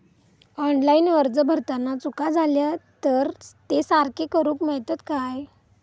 Online अर्ज भरताना चुका जाले तर ते सारके करुक मेळतत काय?